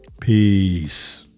peace